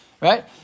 Right